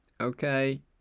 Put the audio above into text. Okay